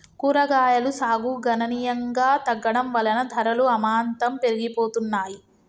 కూరగాయలు సాగు గణనీయంగా తగ్గడం వలన ధరలు అమాంతం పెరిగిపోతున్నాయి